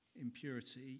impurity